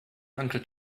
uncle